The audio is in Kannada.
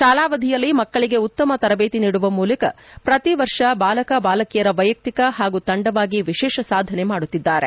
ಶಾಲಾವಧಿಯಲ್ಲಿ ಮಕ್ಕಳಿಗೆ ಉತ್ತಮ ತರಬೇತಿ ನೀಡುವ ಮೂಲಕ ಪ್ರತಿ ವರ್ಷ ಬಾಲಕ ಬಾಲಕಿಯರ ವೈಯಕ್ತಿಕ ಹಾಗೂ ತಂಡವಾಗಿ ವಿಶೇಷ ಸಾಧನೆ ಮಾಡುತ್ತಿದ್ಗಾರೆ